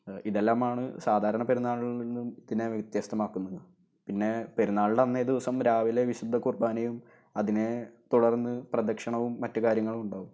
ഇതെല്ലാമാണ് സാധാരണ പെരുന്നാളില് നിന്നും ഇതിനെ വ്യത്യസ്തമാക്കുന്നത് പിന്നെ പെരുന്നാളിൻ്റെ അന്നേ ദിവസം രാവിലെ വിശുദ്ധ കുര്ബാനയും അതിനെ തുടര്ന്ന് പ്രദക്ഷിണവും മറ്റു കാര്യങ്ങളും ഉണ്ടാകും